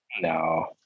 no